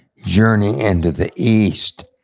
journey into the east,